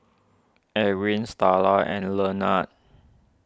Ewing Starla and Lenard